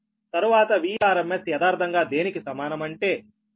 తర్వాత Vrms యదార్ధంగా దేనికి సమానం అంటే 1